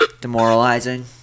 Demoralizing